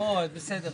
בסדר.